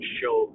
show